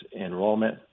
enrollment